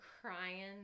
crying